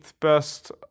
best